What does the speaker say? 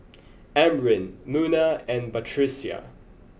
Amrin Munah and Batrisya